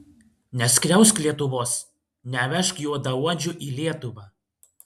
neskriausk lietuvos nevežk juodaodžių į lietuvą